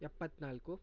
ಎಪ್ಪತ್ತ್ನಾಲ್ಕು